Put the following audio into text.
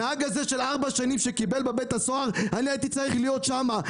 הנהג הזה שיושב עכשיו ארבע שנים בבית הסוהר אני הייתי צריך להיות שם.